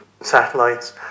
satellites